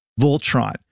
Voltron